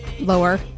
lower